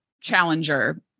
challenger